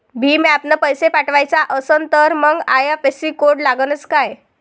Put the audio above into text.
भीम ॲपनं पैसे पाठवायचा असन तर मंग आय.एफ.एस.सी कोड लागनच काय?